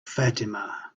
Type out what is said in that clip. fatima